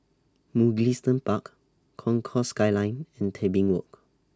Mugliston Park Concourse Skyline and Tebing Walk